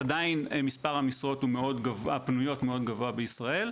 עדיין מספר המשרות הפנויות מאוד גבוה בישראל,